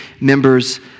members